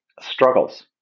struggles